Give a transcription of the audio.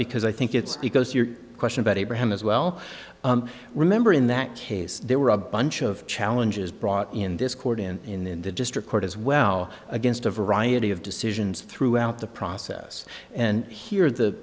because i think it's because your question about abraham as well remember in that case there were a bunch of challenges brought in this court in the district court as well against a variety of decisions throughout the process and here the